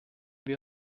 wir